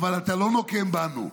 אבל אתה לא נוקם בנו,